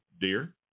dear